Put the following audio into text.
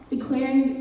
Declaring